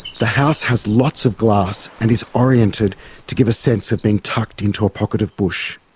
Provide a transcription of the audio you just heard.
the house has lots of glass and is oriented to give a sense of being tucked into a pocket of bush.